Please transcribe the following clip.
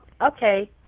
okay